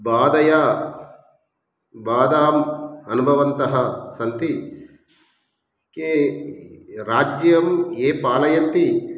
बाधय बाधाम् अनुभवन्तः सन्ति के राज्यं ये पालयन्ति